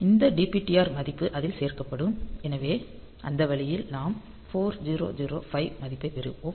இந்த DPTR மதிப்பு அதில் சேர்க்கப்படும் எனவே அந்த வழியில் நாம் 4005 மதிப்பைப் பெறுவோம்